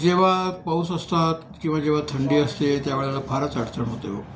जेव्हा पाऊस असतात किंवा जेव्हा थंडी असते त्यावेळेला फारच अडचण होते व